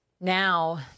Now